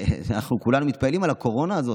כולנו מתפללים על הקורונה הזאת,